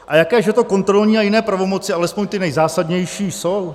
A jaké že to kontrolní a jiné pravomoci, alespoň ty nejzásadnější, jsou?